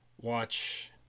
watch